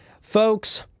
Folks